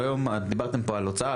דיברתם פה על הוצאה,